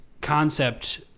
concept